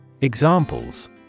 Examples